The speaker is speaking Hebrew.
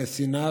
לשנאה,